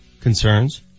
concerns